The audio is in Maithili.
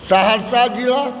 सहरसा जिला